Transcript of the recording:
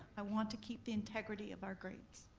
i want to keep the integrity of our grades.